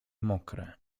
mokre